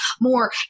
more